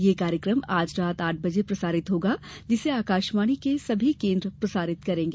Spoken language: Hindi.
ये कार्यक्रम आज रात आठ बजे प्रसारित होगा जिसे आकाशवाणी के सभी केन्द्र प्रसारित करेंगे